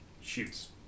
Shoots